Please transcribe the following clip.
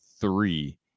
three